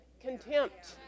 contempt